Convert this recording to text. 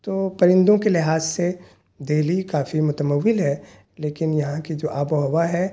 تو پرندوں کے لحاظ سے دہلی کافی متمول ہے لیکن یہاں کی جو آب و ہوا ہے